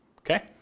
okay